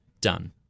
done